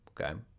Okay